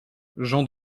jean